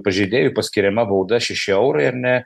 pažeidėjui paskiriama bauda šeši eurai ar ne